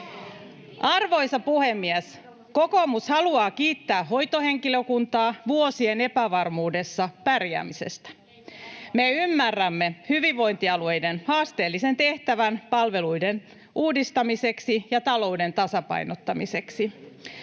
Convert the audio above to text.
Arvoisa puhemies! Kokoomus haluaa kiittää hoitohenkilökuntaa vuosien epävarmuudessa pärjäämisestä. Me ymmärrämme hyvinvointialueiden haasteellisen tehtävän palveluiden uudistamiseksi ja taloutensa tasapainottamiseksi.